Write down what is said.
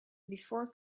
before